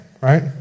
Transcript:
right